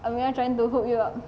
amirah trying to hook you up